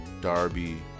Darby